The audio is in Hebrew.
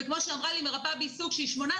וכמו שאמרה לי מרפאה בעיסוק שעובדת